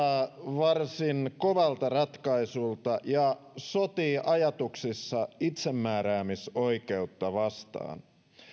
varsin kovalta ratkaisulta ja sotii ajatuksissa itsemääräämisoikeutta vastaan